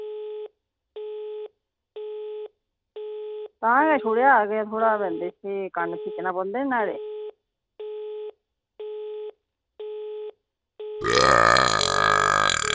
तां गै छुड़ेआ थोह्ड़ा बिंद इसी कन्न खिच्चना पौंदे निं नुहाड़े